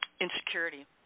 insecurity